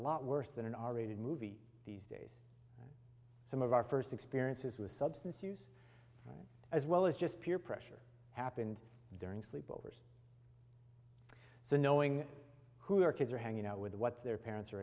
lot worse than an r rated movie these days some of our first experiences with substance use as well as just peer pressure happened during sleep overs so knowing who their kids are hanging out with what their parents are